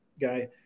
guy